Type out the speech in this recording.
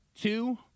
two